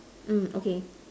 mm okay